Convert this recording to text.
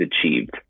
achieved